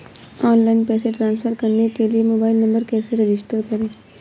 Online पैसे transfer करने के लिए मोबाइल नंबर कैसे रजिस्टर करें?